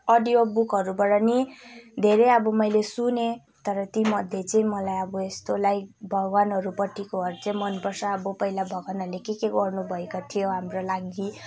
अडियोबुकहरूबाट नि धेरै अब मैले सुनेँ तर ती मध्ये चाहिँ मलाई अब यस्तो लाइक भगवान्हरूपट्टिकोहरू चाहिँ मनपर्छ अब पहिला भगवान्हरूले के के गर्नुभएको थियो हाम्रो लागि